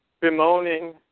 bemoaning